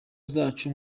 zacu